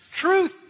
Truth